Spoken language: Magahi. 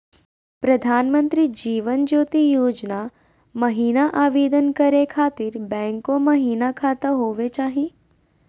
प्रधानमंत्री जीवन ज्योति योजना महिना आवेदन करै खातिर बैंको महिना खाता होवे चाही?